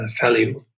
value